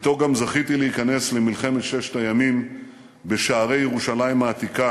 אתו גם זכיתי להיכנס במלחמת ששת הימים בשערי ירושלים העתיקה,